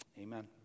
Amen